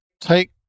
take